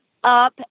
up